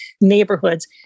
neighborhoods